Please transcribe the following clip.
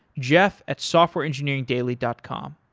jeff at softwareengineeringdaily dot com.